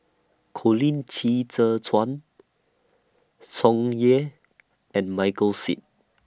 Colin Qi Zhe Quan Tsung Yeh and Michael Seet